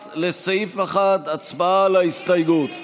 1, לסעיף 1, הצבעה על ההסתייגות.